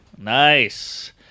Nice